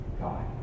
God